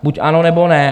Buď ano, nebo ne.